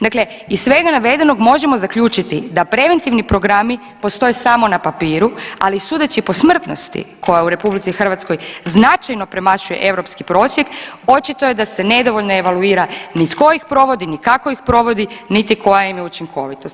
Dakle, iz svega navedenoga možemo zaključiti da preventivni programi postoje samo na papiru, ali sudeći po smrtnosti koja je u RH značajno premašuje europski prosjek očito je da se nedovoljno evaluira ni tko ih provodi, ni kako ih provodi, niti koja im je učinkovitost.